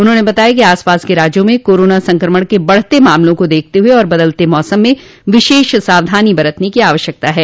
उन्होंने बताया कि आसपास के राज्यों में कोरोना संक्रमण के बढ़ते मामलों को देखते हुए और बदलते मौसम में विशेष सावधानी बरतने की आवश्यकता है